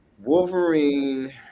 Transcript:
Wolverine